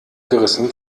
gerissen